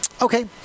Okay